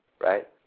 right